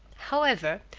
however,